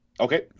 Okay